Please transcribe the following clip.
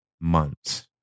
months